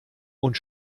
und